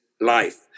life